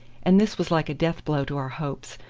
and this was like a death-blow to our hopes,